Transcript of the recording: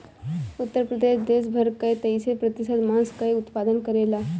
उत्तर प्रदेश देस भर कअ तेईस प्रतिशत मांस कअ उत्पादन करेला